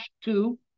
two